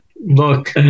Look